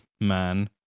man